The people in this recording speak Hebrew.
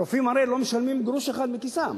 הרופאים הרי לא משלמים גרוש אחד מכיסם.